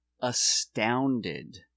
astounded